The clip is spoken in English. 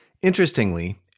Interestingly